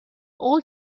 old